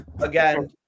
again